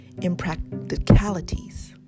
impracticalities